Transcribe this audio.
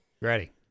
Ready